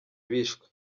bishwe